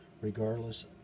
regardless